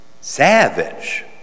savage